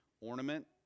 ornament